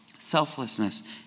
Selflessness